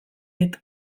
dit